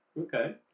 Okay